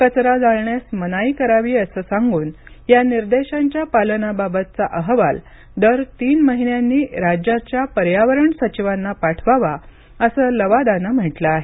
कचरा जाळण्यास मनाई करावी असं सांगून या निर्देशांच्या पालनाबाबतचा अहवाल दर तीन महिन्यांनी राज्याच्या पर्यावरण सचिवांना पाठवावा असं लवादानं म्हटलं आहे